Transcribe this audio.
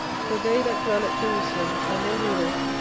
for they that dwell at jerusalem, and their rulers,